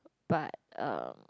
but um